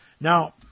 Now